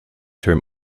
term